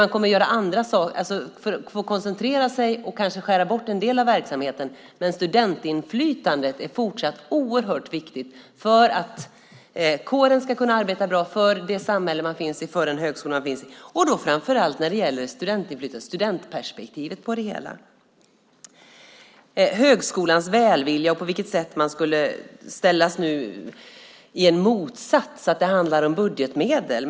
Man kommer att få koncentrera sig och kanske skära bort en del av verksamheten, men studentinflytandet är fortsatt oerhört viktigt för att kåren ska kunna arbeta bra för det samhälle man finns i, för den högskola man finns i, framför allt när det gäller studentperspektivet på det hela. Sedan gällde det högskolans välvilja och vad som skulle ställas mot varandra och att det handlar om budgetmedel.